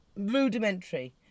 rudimentary